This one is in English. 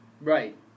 right